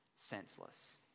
senseless